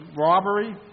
robbery